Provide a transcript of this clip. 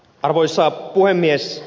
arvoisa puhemies